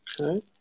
okay